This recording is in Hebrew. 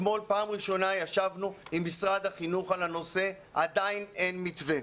אתמול פעם ראשונה ישבנו עם משרד החינוך על הנושא ועדיין אין מתווה.